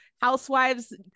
housewives